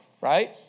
right